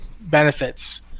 benefits